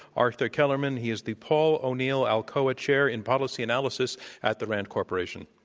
arthur kellermann. he is the paul o'neill alcoa chair in policy analysis at the rand corporation.